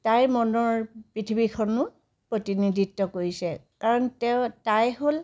তাইৰ মনৰ পৃথিৱীখনো প্ৰতিনিধিত্ব কৰিছে কাৰণ তেওঁ তাই হ'ল